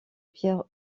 pierre